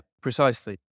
precisely